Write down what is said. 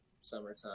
summertime